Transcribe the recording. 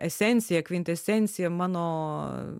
esencija kvintesencija mano